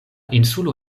insulo